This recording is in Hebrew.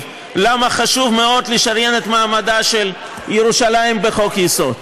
למה חשוב מאוד לשריין את מעמדה של ירושלים בחוק-יסוד,